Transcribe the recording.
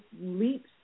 leaps